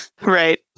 Right